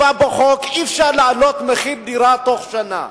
נקבע בחוק שאי-אפשר להעלות את מחיר הדירה בתוך שנה.